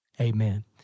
Amen